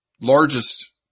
largest